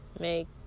Make